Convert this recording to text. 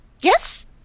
Yes